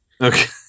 okay